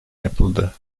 yapıldı